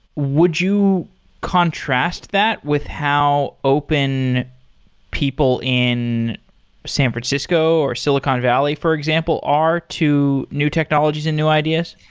would you contrast that with how open people in san francisco or silicon valley for example are to new technologies and new ideas?